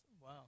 Wow